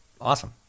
Awesome